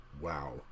wow